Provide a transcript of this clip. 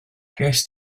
gest